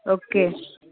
okay